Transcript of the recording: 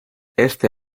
este